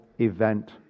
event